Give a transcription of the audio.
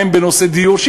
הן בנושא דיור.